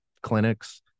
clinics